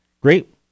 great